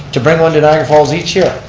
to bring one to niagara falls each year.